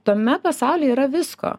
tame pasaulyje yra visko